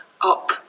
up